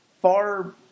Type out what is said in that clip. far